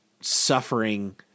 suffering